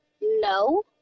no